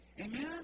amen